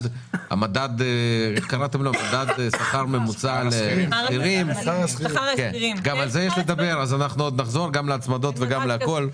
מדד השכר הממוצע לשכירים אז אנחנו עוד נחזור גם להצמדות למדד וגם לכול.